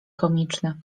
komiczny